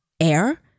air